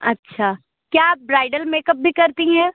अच्छा क्या आप ब्राइडल मेकअप भी करती हैं